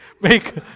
make